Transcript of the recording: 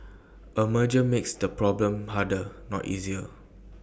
A merger makes the problem harder not easier